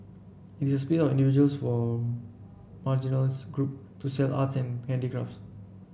it is a individuals from marginals group to sell arts and handicrafts